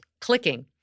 clicking